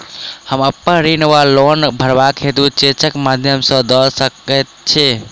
हम अप्पन ऋण वा लोन भरबाक हेतु चेकक माध्यम सँ दऽ सकै छी?